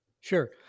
Sure